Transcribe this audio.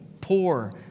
poor